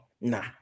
Nah